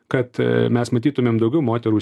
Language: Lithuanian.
kad mes matytumėm daugiau moterų